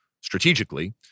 strategically